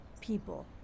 people